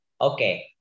Okay